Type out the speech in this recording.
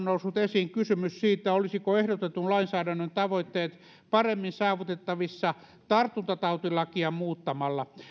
noussut esiin kysymys siitä olisiko ehdotetun lainsäädännön tavoitteet paremmin saavutettavissa tartuntatautilakia muuttamalla